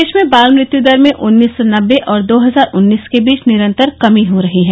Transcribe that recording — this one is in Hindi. देश में बाल मृत्युदर में उन्नीस सौ नबे और दो हजार उन्नीस के बीच निरंतर कमी हो रही है